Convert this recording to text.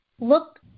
look